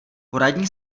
poradní